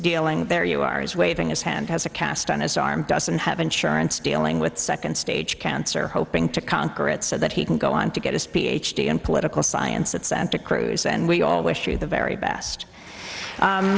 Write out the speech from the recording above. dealing with there you are is waving his hand has a cast on his arm doesn't have insurance dealing with second stage cancer hoping to conquer it so that he can go on to get his ph d in political science at santa cruz and we all wish you the very best